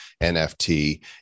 nft